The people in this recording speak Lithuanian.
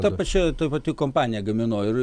ta pačia ta pati kompanija gamino ir